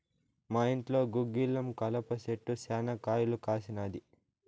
మా ఇంట్లో గుగ్గిలం కలప చెట్టు శనా కాయలు కాసినాది